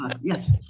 Yes